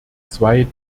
zwei